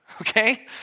Okay